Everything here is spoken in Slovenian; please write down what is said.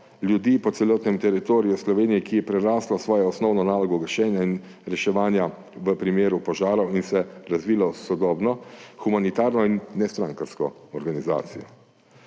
ljudi po celotnem teritoriju v Sloveniji, ki je preraslo svojo osnovno nalogo gašenja in reševanja v primeru požarov in se je razvilo v sodobno, humanitarno in nestrankarsko organizacijo.